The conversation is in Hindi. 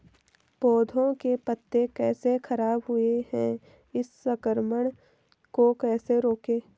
पौधों के पत्ते कैसे खराब हुए हैं इस संक्रमण को कैसे रोकें?